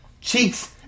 cheeks